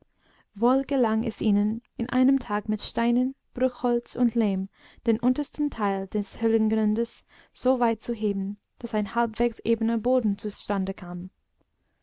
wohl gelang es ihnen in einem tage mit steinen bruchholz und lehm den untersten teil des höhlengrundes so weit zu heben daß ein halbwegs ebener boden zustandekam aber der